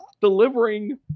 delivering